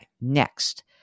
Next